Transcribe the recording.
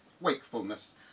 wakefulness